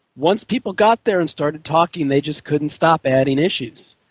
once people got there and started talking they just couldn't stop adding issues.